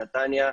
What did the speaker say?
נתניה,